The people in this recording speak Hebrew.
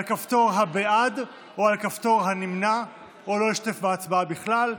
על כפתור ה"בעד" או על כפתור ה"נמנע" או לא להשתתף בהצבעה בכלל.